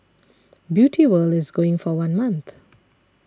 Beauty World is going for one month